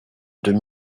deux